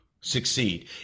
succeed